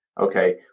okay